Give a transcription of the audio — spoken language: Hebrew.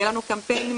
היה לנו שני קמפיינים,